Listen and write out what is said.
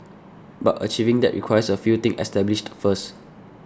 but achieving that requires a few things established first